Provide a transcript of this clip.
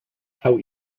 how